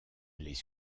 les